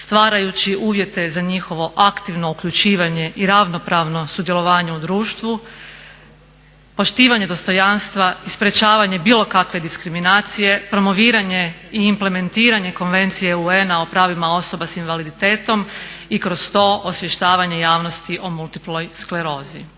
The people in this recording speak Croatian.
stvarajući uvjete za njihovo aktivno uključivanje i ravnopravno sudjelovanje u društvu, poštivanje dostojanstva, sprečavanje bilo kakve diskriminacije, promoviranje i implementiranje konvencije UN-a o pravima osobe s invaliditetom i kroz to osvještavanje javnosti o multiploj sklerozi.